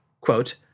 quote